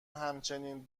همچنین